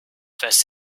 was